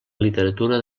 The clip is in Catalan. literatura